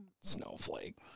Snowflake